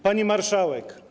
Pani Marszałek!